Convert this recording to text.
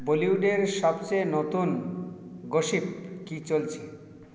বলিউডের সবচেয়ে নতুন গসিপ কী চলছে